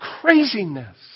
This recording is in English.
craziness